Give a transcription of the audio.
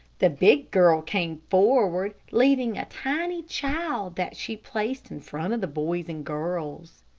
the big girl came forward, leading a tiny child that she placed in front of the boys and girls.